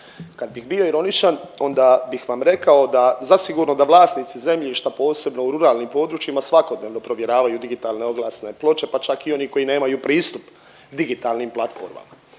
Kad bih bio ironičan onda bih vam rekao da zasigurno da vlasnici zemljišta posebno u ruralnim područjima svakodnevno provjeravaju digitalne oglasne ploče pa čak i oni koji nemaju pristup digitalnim platformama.